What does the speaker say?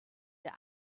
der